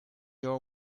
your